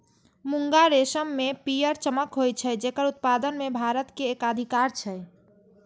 मूंगा रेशम मे पीयर चमक होइ छै, जेकर उत्पादन मे भारत के एकाधिकार छै